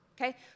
Okay